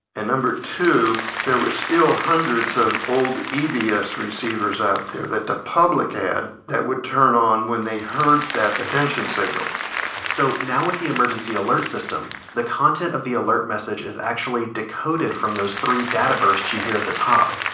and number two, there were still hundreds of old ebs receivers out there that the public had, that would turn on when they heard that attention signal so now with the emergency alert system, the content of the alert message is actually decoded from those three data bursts you hear at the top.